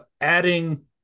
adding